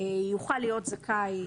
יוכל להיות זכאי